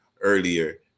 earlier